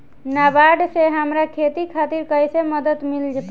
नाबार्ड से हमरा खेती खातिर कैसे मदद मिल पायी?